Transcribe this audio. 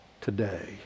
today